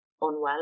unwell